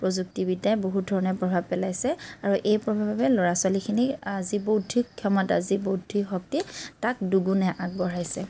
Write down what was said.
প্ৰযুক্তিবিদ্যাই বহুত ধৰণে প্ৰভাৱ পেলাইছে আৰু এই প্ৰভাৱৰ বাবে ল'ৰা ছোৱালীখিনি আজি বৌদ্ধিক ক্ষমতা যি বৌদ্ধিক শক্তি তাক দুগুণে আগবঢ়াইছে